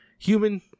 Human